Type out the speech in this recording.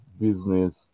business